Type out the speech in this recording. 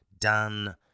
done